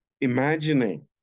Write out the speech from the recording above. imagining